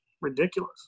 ridiculous